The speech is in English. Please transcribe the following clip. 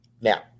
Now